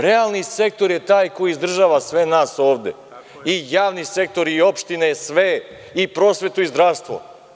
Realni sektor je taj koji izdržava sve nas ovde i javni sektor, i opštine, sve, i prosvetu, i zdravstvo.